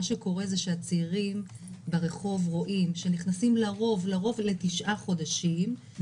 מה שקורה הוא שהצעירים ברחוב רואים שנכנסים לרוב לתשעה חודשים,